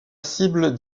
cible